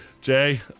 Jay